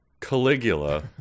Caligula